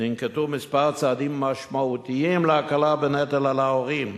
ננקטו כמה צעדים משמעותיים להקלה בנטל על ההורים,